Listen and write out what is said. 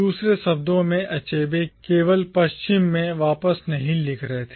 दूसरे शब्दों में अचेबे केवल पश्चिम में वापस नहीं लिख रहे थे